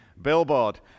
billboard